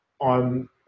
on